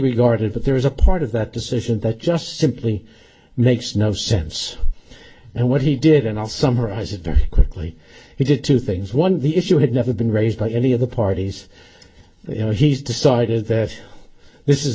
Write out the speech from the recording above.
regarded but there is a part of that decision that just simply makes no sense and what he did and i'll summarize it very quickly he did two things one the issue had never been raised by any of the parties you know he's decided that this is